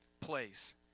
place